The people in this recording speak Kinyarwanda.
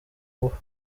ngufu